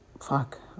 fuck